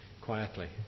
quietly